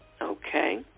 Okay